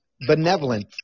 benevolent